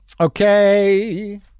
okay